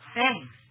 Thanks